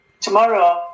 Tomorrow